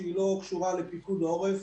שהיא לא קשורה לפיקוד עורף,